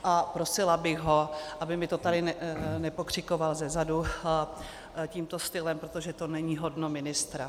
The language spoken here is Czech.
A prosila bych ho, aby mi to tady nepokřikoval zezadu tímto stylem, protože to není hodno ministra.